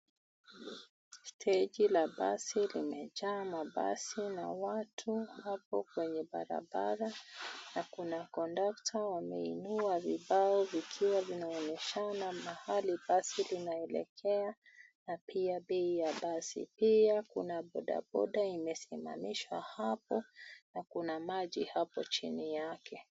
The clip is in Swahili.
Steji la basi limejaa mabasi na watu wako kwenye barabara na kuna kondakta wameinua vibao vikiwa vinaonyeshana mahali basi linaelekea na pia bei ya basi. Pia kuna bodaboda imesimamishwa hapo na kuna maji hapo chini yake.